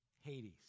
Hades